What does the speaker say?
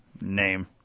name